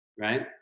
right